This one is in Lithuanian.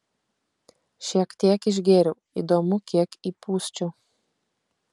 šiek tiek išgėriau įdomu kiek įpūsčiau